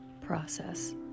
process